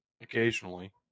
Occasionally